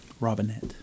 Robinette